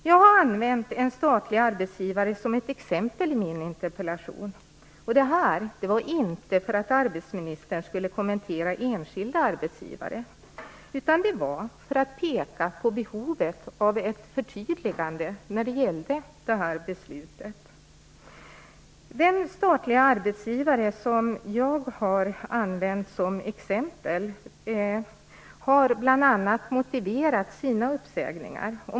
Jag har använt en statlig arbetsgivare som exempel i min interpellation. Det var inte för att arbetsmarknadsministern skulle kommentera enskilda arbetsgivare, utan det var för att peka på behovet av ett förtydligande när det gällde beslutet. Den statliga arbetsgivare som jag har använt som exempel har motiverat sina uppsägningar.